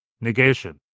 Negation